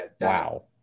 wow